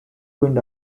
wind